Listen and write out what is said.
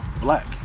black